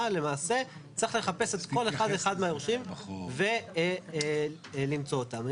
למעשה צריך לחפש את כל אחד ואחד מהיורשים ולמצוא אותם.